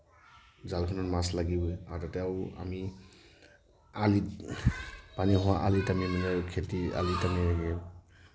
জালখনত মাছ লাগিবই আৰু তেতিয়া আমি আলিত পানী হোৱা আলিত আমি মানে খেতিৰ আলিত আমি এনেকৈ